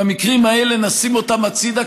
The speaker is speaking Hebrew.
את המקרים האלה נשים הצידה,